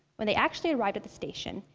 when they actually arrived at the station,